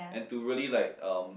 and to really like um